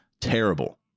terrible